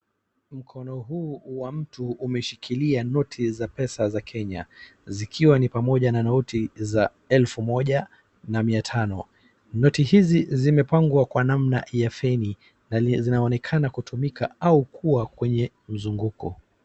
Mkono huu wa mtu umeshikilia noti za pesa za Kenya zikiwa ni pamoja noti za elfu moja na mia tano. Noti hizi zimepangwa kwa namna ya feni na zinaonekana kutumika au kuwa kwenye mzunguko.